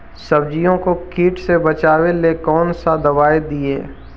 सब्जियों को किट से बचाबेला कौन सा दबाई दीए?